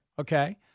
okay